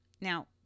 now